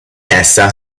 essa